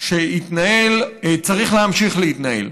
שהתנהל צריך להמשיך להתנהל.